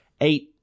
eight